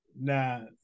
now